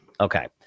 Okay